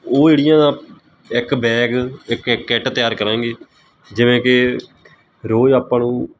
ਉਹ ਜਿਹੜੀਆਂ ਇੱਕ ਬੈਗ ਇੱਕ ਕਿੱਟ ਤਿਆਰ ਕਰਾਂਗੇ ਜਿਵੇਂ ਕਿ ਰੋਜ਼ ਆਪਾਂ ਨੂੰ